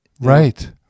right